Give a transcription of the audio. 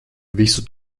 visu